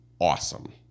Awesome